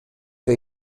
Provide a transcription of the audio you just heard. que